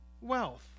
wealth